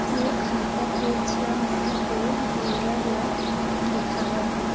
मोर खाता के छः माह के विवरण ल दिखाव?